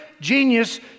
genius